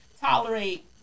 tolerate